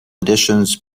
editions